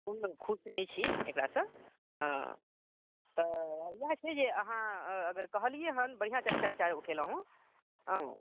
कोनो खुश नहि छी एकरासँ हँ तऽ इएह छै जे अहाँ अगर कहलियै हँ बढ़िआँ चर्चा उठेलहुँ हँ